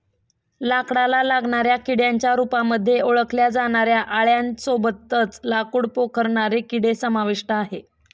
लाकडाला लागणाऱ्या किड्यांच्या रूपामध्ये ओळखल्या जाणाऱ्या आळ्यां सोबतच लाकूड पोखरणारे किडे समाविष्ट आहे